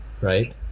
right